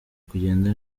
kugenda